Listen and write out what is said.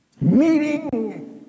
meeting